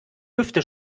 hüfte